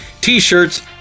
t-shirts